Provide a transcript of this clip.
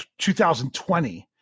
2020